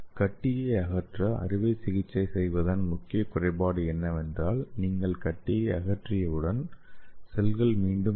கட்டியை அகற்ற அறுவை சிகிச்சை செய்வதன் முக்கிய குறைபாடு என்னவென்றால் நீங்கள் கட்டியை அகற்றியவுடன் செல்கள் மீண்டும் வளரும்